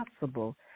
possible